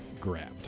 grabbed